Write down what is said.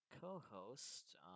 co-host